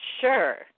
sure